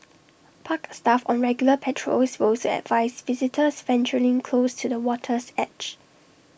park staff on regular patrols will also advise visitors venturing close to the water's edge